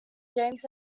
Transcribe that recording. james